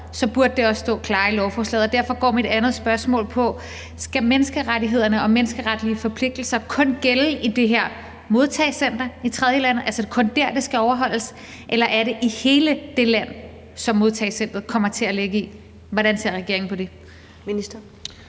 burde det også stå klarere i lovforslaget. Og derfor går mit andet spørgsmål på: Skal menneskerettighederne og menneskeretlige forpligtelser kun gælde i det her modtagecenter i tredjelandet, altså, er det kun der, det skal overholdes, eller er det i hele det land, som modtagecenteret kommer til at ligge i? Hvordan ser regeringen på det?